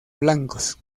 blancos